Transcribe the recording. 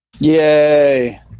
Yay